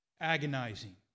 Agonizing